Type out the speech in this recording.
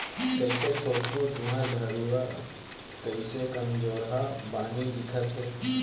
कइसे छोटकू तुँहर गरूवा कइसे कमजोरहा बानी दिखत हे